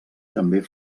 també